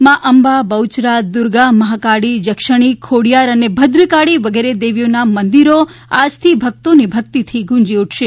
મા અંબા બહ્યરા દુર્ગા મહાકાળી જક્ષણી ખોડીયાર ભદ્રકારી વગેરે દેવીઓના મંદિરો આજથી ભક્તોની ભક્તિથી ગુંજી ઉઠશે